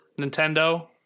nintendo